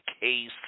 case